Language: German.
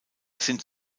sind